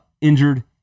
injured